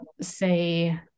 say